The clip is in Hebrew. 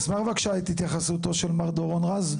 נשמח בבקשה את התייחסותו של מר דורון רז.